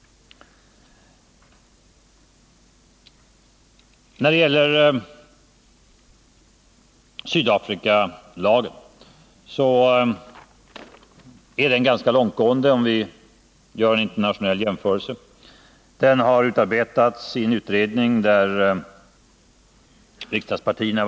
När det gäller Sydafrikalagen så är denna, vid en internationell jämförelse, långtgående. Den har utarbetats i samarbete med riksdagspartierna.